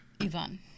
Ivan